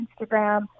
instagram